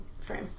frame